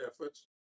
efforts